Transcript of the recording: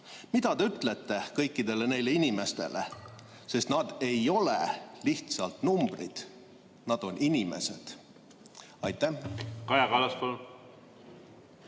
Mida te ütlete kõikidele nendele inimestele? Sest nad ei ole lihtsalt numbrid, nad on inimesed. Aitäh!